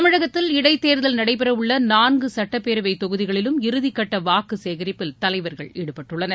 தமிழகத்தில் இடைத்தேர்தல் நடைபெறவுள்ள நான்கு சட்டப்பேரவை தொகுதிகளிலும் இறுதிக்கட்ட வாக்கு சேகரிப்பில் தலைவர்கள் ஈடுபட்டுள்ளனர்